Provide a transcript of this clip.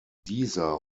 dieser